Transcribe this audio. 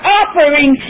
offering